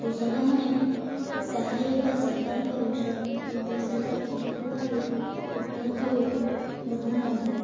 କୃଷକମାନେ ସହାୟକ ସରକାରଙ୍କ ବେସରକାର କୃଷକ ଭାବେ ଭଲ ଭାବେ ଗ୍ରହଣ କରିଥାଏ